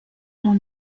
dans